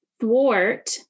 thwart